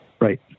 Right